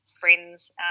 friends